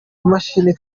imashini